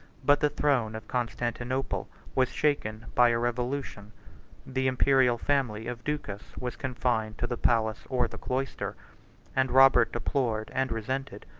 but the throne of constantinople was shaken by a revolution the imperial family of ducas was confined to the palace or the cloister and robert deplored, and resented,